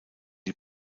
die